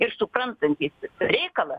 ir suprantantys reikalą